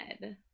head